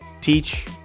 teach